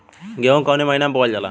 गेहूँ कवने महीना में बोवल जाला?